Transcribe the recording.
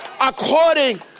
according